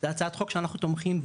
זה הצעת חוק שאנחנו תומכים בה,